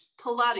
pilates